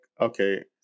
Okay